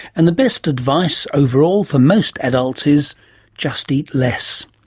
and the best advice overall for most adults is just eat less.